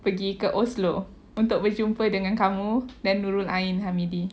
pergi ke oslo untuk pergi berjumpa dengan kamu dan nurul ain hamidi